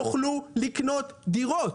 ממני, נוכל לקנות דירות.